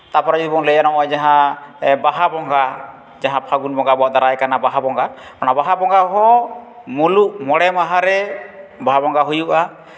ᱛᱟᱨᱯᱚᱨᱮ ᱡᱩᱫᱤ ᱵᱚᱱ ᱞᱟᱹᱭᱟ ᱱᱚᱜᱼᱚᱭ ᱡᱟᱦᱟᱸ ᱵᱟᱦᱟ ᱵᱚᱸᱜᱟ ᱡᱟᱦᱟᱸ ᱯᱷᱟᱹᱜᱩᱱ ᱵᱚᱸᱜᱟ ᱵᱚᱱ ᱫᱟᱨᱟᱭ ᱠᱟᱱᱟ ᱵᱟᱦᱟ ᱵᱚᱸᱜᱟ ᱚᱱᱟ ᱵᱟᱦᱟ ᱵᱚᱸᱜᱟ ᱦᱚᱸ ᱢᱩᱞᱩᱜ ᱢᱚᱬᱮ ᱢᱟᱦᱟᱨᱮ ᱵᱟᱦᱟ ᱵᱚᱸᱜᱟ ᱦᱩᱭᱩᱜᱼᱟ